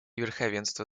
верховенства